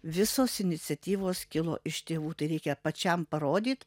visos iniciatyvos kilo iš tėvų tai reikia pačiam parodyt